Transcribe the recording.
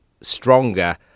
stronger